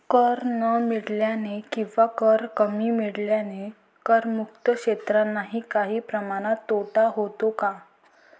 कर न मिळाल्याने किंवा कर कमी मिळाल्याने करमुक्त क्षेत्रांनाही काही प्रमाणात तोटा होतो का?